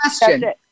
question